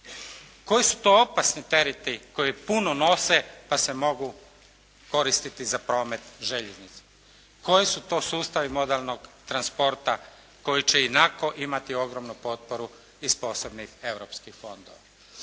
Koji su to opasni tereti koji puno nose pa se mogu koristiti za promet željeznice? Koji su to sustavi modernog transporta koji će ionako imati ogromnu potporu iz posebnih europskih fondova?